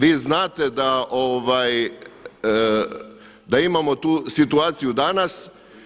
Vi znate da imamo tu situaciju danas.